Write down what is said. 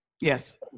Yes